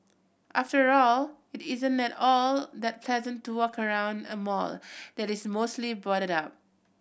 after all it isn't at all that pleasant to walk around a mall that is mostly boarded up